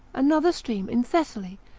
another stream in thessaly,